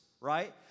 right